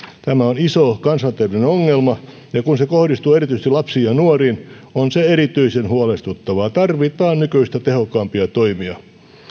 tämä on iso kansanterveydellinen ongelma ja kun se kohdistuu erityisesti lapsiin ja nuoriin on se erityisen huolestuttavaa tarvitaan nykyistä tehokkaampia toimia